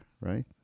right